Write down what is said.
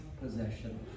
possession